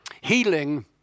healing